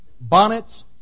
bonnets